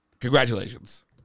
congratulations